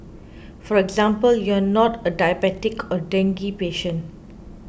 for example you are not a diabetic or dengue patient